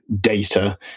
data